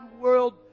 world